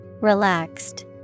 Relaxed